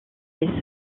les